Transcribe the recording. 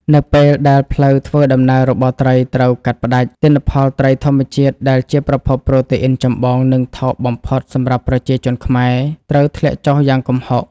នៅពេលដែលផ្លូវធ្វើដំណើររបស់ត្រីត្រូវកាត់ផ្ដាច់ ទិន្នផលត្រីធម្មជាតិដែលជាប្រភពប្រូតេអ៊ីនចម្បង និងថោកបំផុតសម្រាប់ប្រជាជនខ្មែរ ត្រូវធ្លាក់ចុះយ៉ាងគំហុក។